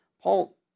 Paul